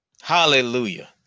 Hallelujah